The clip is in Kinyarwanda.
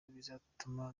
bizatuma